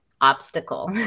obstacle